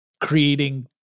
creating